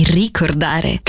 ricordare